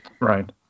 Right